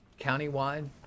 countywide